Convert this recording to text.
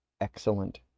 Excellent